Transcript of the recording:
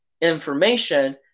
information